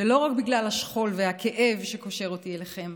ולא רק בגלל השכול והכאב שקושר אותי אליכם,